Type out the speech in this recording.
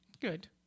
Good